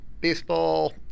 baseball